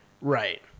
Right